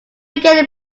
again